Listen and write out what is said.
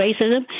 racism